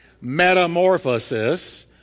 Metamorphosis